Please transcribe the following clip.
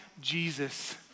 Jesus